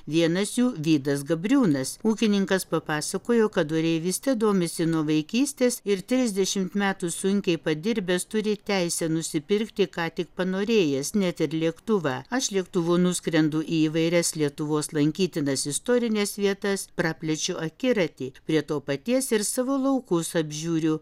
vienas jų vidas gabriūnas ūkininkas papasakojo kad oreivyste domisi nuo vaikystės ir trisdešim metų sunkiai padirbęs turi teisę nusipirkti ką tik panorėjęs net ir lėktuvą aš lėktuvu nuskrendu į įvairias lietuvos lankytinas istorines vietas praplėčiu akiratį prie to paties ir savo laukus apžiūriu